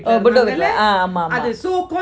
ah ஆமா ஆமா:ama ama